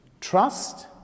trust